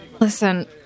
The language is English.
Listen